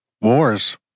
wars